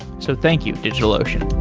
so thank you, digitalocean